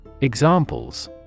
Examples